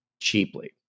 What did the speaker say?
cheaply